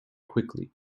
quickly